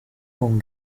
con